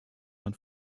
dann